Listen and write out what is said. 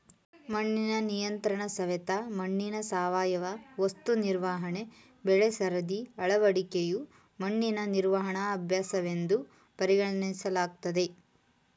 ಮಣ್ಣಿನ ನಿಯಂತ್ರಣಸವೆತ ಮಣ್ಣಿನ ಸಾವಯವ ವಸ್ತು ನಿರ್ವಹಣೆ ಬೆಳೆಸರದಿ ಅಳವಡಿಕೆಯು ಮಣ್ಣು ನಿರ್ವಹಣಾ ಅಭ್ಯಾಸವೆಂದು ಪರಿಗಣಿಸಲಾಗ್ತದೆ